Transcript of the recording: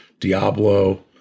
Diablo